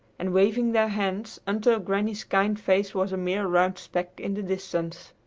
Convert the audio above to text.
and waving their hands, until granny's kind face was a mere round speck in the distance.